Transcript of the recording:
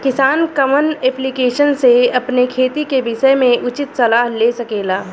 किसान कवन ऐप्लिकेशन से अपने खेती के विषय मे उचित सलाह ले सकेला?